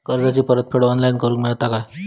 कर्जाची परत फेड ऑनलाइन करूक मेलता काय?